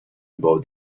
about